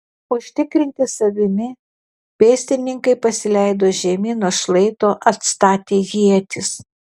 užtikrinti savimi pėstininkai pasileido žemyn nuo šlaito atstatę ietis